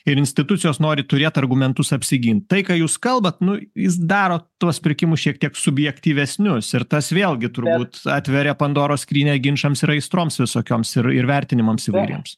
ir institucijos nori turėt argumentus apsigint tai ką jūs kalbat nu jis daro tuos pirkimus šiek tiek subjektyvesnius ir tas vėlgi turbūt atveria pandoros skrynią ginčams ir aistroms visokioms ir ir vertinimams įvairiems